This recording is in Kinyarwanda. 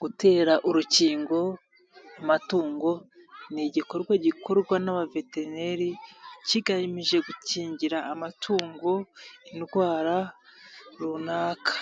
Gutera urukingo amatungo, ni igikorwa gikorwa n'abaveteneri kigamije gukingira amatungo indwara runaka.